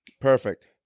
Perfect